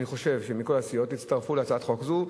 אני חושב שמכל הסיעות הצטרפו להצעת חוק זו,